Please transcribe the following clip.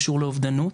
קשור לאובדנות.